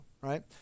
right